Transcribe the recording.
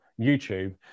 YouTube